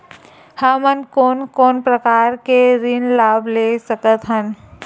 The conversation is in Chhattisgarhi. हमन कोन कोन प्रकार के ऋण लाभ ले सकत हन?